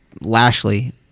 Lashley